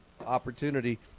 opportunity